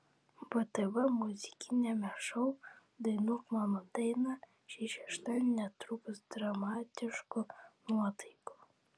btv muzikiniame šou dainuok mano dainą šį šeštadienį netrūks dramatiškų nuotaikų